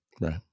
Right